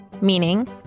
meaning